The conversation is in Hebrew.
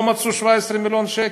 לא מצאו 17 מיליון שקל,